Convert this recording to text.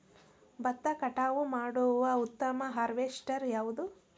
ಭತ್ತ ಕಟಾವು ಮಾಡುವ ಉತ್ತಮ ಹಾರ್ವೇಸ್ಟರ್ ಯಾವುದು?